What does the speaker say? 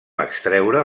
extreure